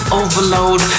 overload